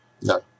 No